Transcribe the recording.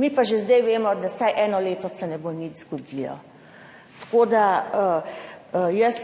Mi pa že zdaj vemo, da se vsaj eno leto ne bo nič zgodilo. Jaz